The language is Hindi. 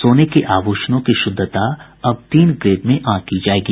सोने के आभूषणों की शुद्धता अब तीन ग्रेड में आंकी जायेगी